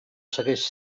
segueix